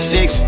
Six